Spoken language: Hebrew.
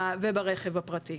וברכב הפרטי.